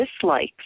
dislikes